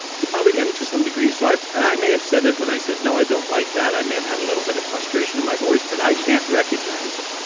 i probably am to some degree, so and i may have said it when i said, no i don't like that. i may have had a little bit of frustration in my voice but i can't recognize it.